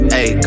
Hey